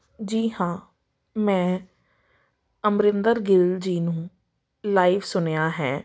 ਜੀ ਹਾਂ ਮੈਂ ਅਮਰਿੰਦਰ ਗਿੱਲ ਜੀ ਨੂੰ ਲਾਈਵ ਸੁਣਿਆ ਹੈ